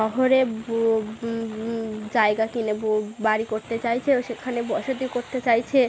শহরে বো জায়গা কিনে বো বাড়ি করতে চাইছে ও সেখানে বসতি করতে চাইছে